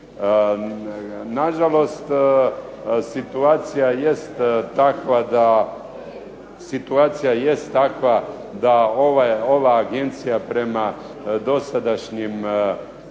Nažalost, situacija jest takva da ova agencija prema dosadašnjim preuzetim